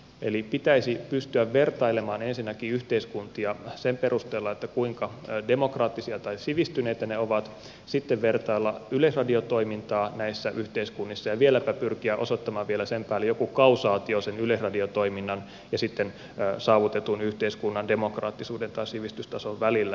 eli ensinnäkin pitäisi pystyä vertailemaan yhteiskuntia sen perusteella kuinka demokraattisia tai sivistyneitä ne ovat sitten pitäisi vertailla yleisradiotoimintaa näissä yhteiskunnissa ja vieläpä pitäisi pyrkiä osoittamaan vielä sen päälle joku kausaatio sen yleisradiotoiminnan ja saavutetun yhteiskunnan demokraattisuuden tai sivistystason välillä